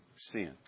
sin